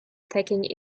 taking